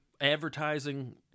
advertising